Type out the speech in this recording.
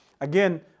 Again